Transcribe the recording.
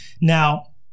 Now